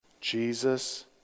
Jesus